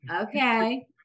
Okay